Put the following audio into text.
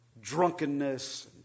drunkenness